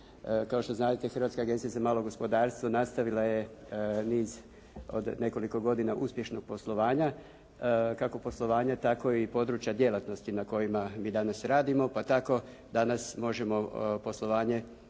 Kao što znadete Hrvatska agencija za malo gospodarstvo nastavila je niz od nekoliko godina uspješnog poslovanja, kako poslovanja tako i područja djelatnosti na kojima mi danas radimo pa tako danas možemo poslovanje podijeliti